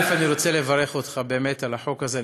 אני רוצה לברך אותך באמת על החוק הזה,